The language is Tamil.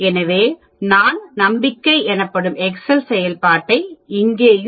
எனவே நாம் நம்பிக்கை எனப்படும் எக்செல் செயல்பாட்டை இங்கேயும்